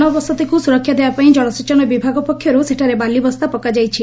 ଜନବସତିକ୍ ସ୍ରରକ୍ଷା ଦେବାପାଇଁ ଜଳସେଚନ ବିଭାଗ ପକ୍ଷର୍ତ ସେଠାରେ ବାଲିବସ୍ତା ପକାଯାଇଛି